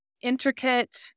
intricate